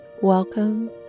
Welcome